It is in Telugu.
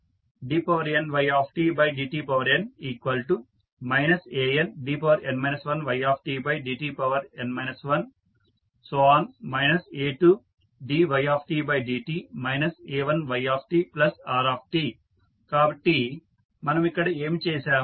dnydtn andn 1ytdtn 1 a2dytdt a1ytrt కాబట్టి మనము ఇక్కడ ఏమి చేసాము